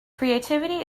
creativity